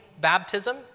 baptism